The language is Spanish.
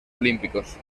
olímpicos